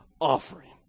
offering